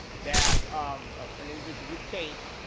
that an individual would take